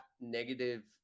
negative